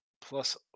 plus